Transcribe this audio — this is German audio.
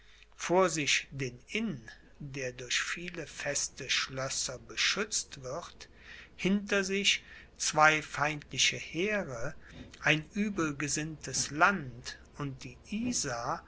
vor sich den inn der durch viele feste schlösser beschützt wird hinter sich zwei feindliche heere ein übelgesinntes land und die